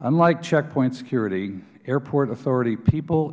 unlike checkpoint security airport authority people